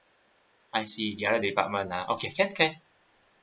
I see the other department ah okay can can